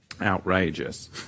Outrageous